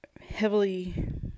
heavily